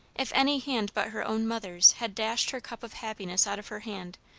if any hand but her own mother's had dashed her cup of happiness out of her hand,